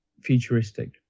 futuristic